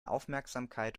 aufmerksamkeit